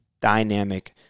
dynamic